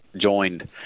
joined